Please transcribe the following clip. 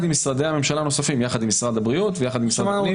עם משרדי ממשלה נוספים: משרד הבריאות ומשרד הפנים.